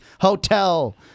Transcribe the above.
hotel